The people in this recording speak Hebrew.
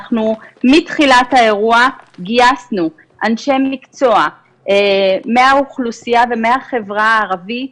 אנחנו מתחילת האירוע גייסנו אנשי מקצוע מהאוכלוסייה ומהחברה הערבית,